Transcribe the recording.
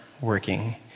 working